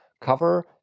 cover